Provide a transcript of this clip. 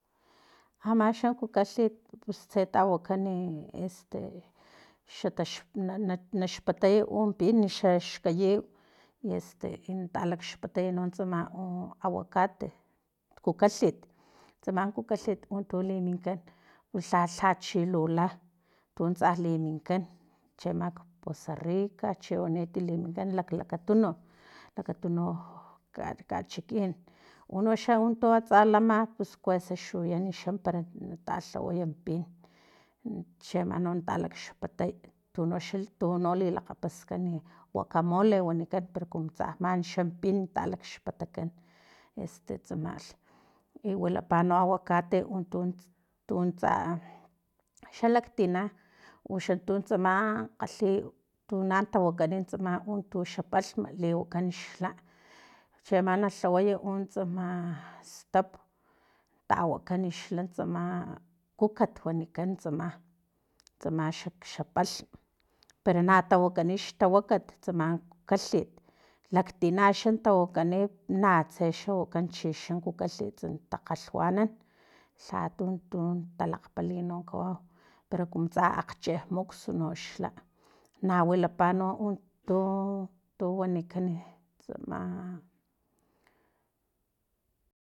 Maxa kukalhit pus tse tawakan este xatax nax patay un pinxa xaxkayiw i este natalaxpataya no tsama u aguacate kukalhit tsama kukalhut untu liminkan lha lha chilula tantsa liminkan cheama poza rica chiwanit liminkan lakatununk lakatuni kachikin unoxa un tu atsa lama pus kueza xuyanan xan para talhawayam pin chaama no lakxpatay tunoxa tuno lakgapaskan wakamole wanikan pero kumu man xa mpin talakxpatakan este tsamalh i wilapa no aguakat untu tuntsa xa laktina uxan tuntsa man kgalhi tunan tawakani tu tsama palhm liwakan xla cheama na tlaway tsama stap tawakan xla tsama kukat wanikan tsama tsam xa palhm pero na tawakani tawakat tsama kukalhut laktina xa tawakani natse xa wakan chi xa kukalhit nunts takgalhwanan lhatu tun talakgpali no kawau pero kumu tsa akgchemuks noxla nawilapa no un tu wanikan tsama